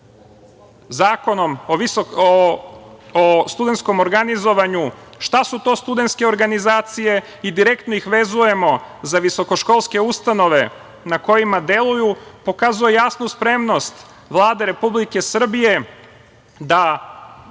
zakonom o studentskom organizovanju šta su to studentske organizacije i direktno ih vezujemo za visokoškolske ustanove na kojima deluju, pokazuje jasnu spremnost Vlade Republike Srbije da